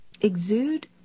Exude